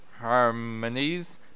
harmonies